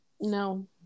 No